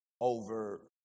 over